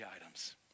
items